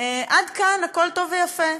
עד כאן הכול טוב ויפה.